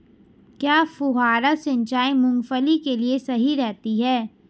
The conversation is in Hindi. क्या फुहारा सिंचाई मूंगफली के लिए सही रहती है?